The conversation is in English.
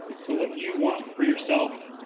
so, what you want for yourself,